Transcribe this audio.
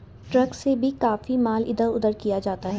truck से भी काफी माल इधर उधर किया जाता है